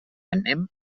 anem